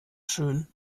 schön